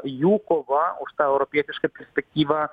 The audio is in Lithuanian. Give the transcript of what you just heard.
jų kova už tą europietišką perspektyvą